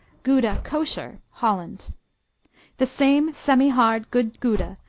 gouda, kosher holland the same semihard good gouda,